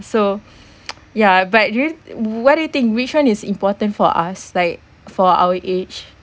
so yeah but you what do you think which one is important for us like for our age